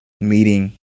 meeting